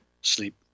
sleep